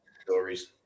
stories